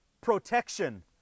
Protection